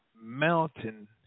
mountain